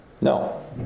No